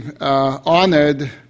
honored